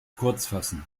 kurzfassen